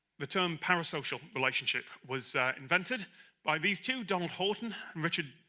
the term parasocial relationship was invented by these two donald horton and richard.